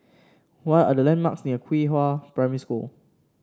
what are the landmarks near Qihua Primary School